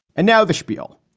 and now the schpiel.